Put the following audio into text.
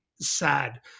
sad